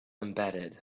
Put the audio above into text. embedded